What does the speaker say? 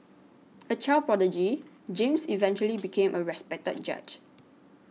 a child prodigy James eventually became a respected judge